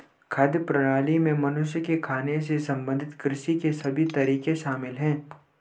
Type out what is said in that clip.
खाद्य प्रणाली में मनुष्य के खाने से संबंधित कृषि के सभी तरीके शामिल है